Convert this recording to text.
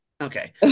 Okay